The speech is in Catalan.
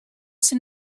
ser